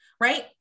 right